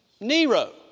Nero